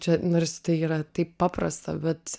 čia nors tai yra taip paprasta bet